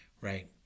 right